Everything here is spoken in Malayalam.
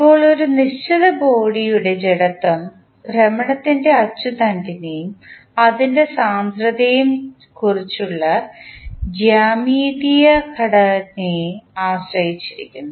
ഇപ്പോൾ ഒരു നിശ്ചിത ബോഡിയുടെ ജഡത്വം ഭ്രമണത്തിൻറെ അച്ചുതണ്ടിനെയും അതിൻറെ സാന്ദ്രതയെയും കുറിച്ചുള്ള ജ്യാമിതീയ ഘടനയെ ആശ്രയിച്ചിരിക്കുന്നു